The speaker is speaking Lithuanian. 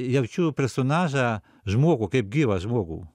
jaučiu personažą žmogų kaip gyvą žmogų